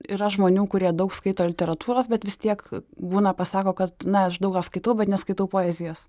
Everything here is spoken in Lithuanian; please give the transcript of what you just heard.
yra žmonių kurie daug skaito literatūros bet vis tiek būna pasako kad na aš daug ką skaitau bet neskaitau poezijos